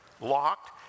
locked